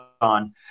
on